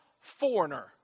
Foreigner